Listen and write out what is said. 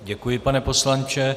Děkuji, pane poslanče.